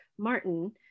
Martin